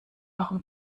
warum